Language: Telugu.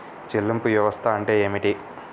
చెల్లింపు వ్యవస్థ అంటే ఏమిటి?